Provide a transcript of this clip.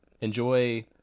enjoy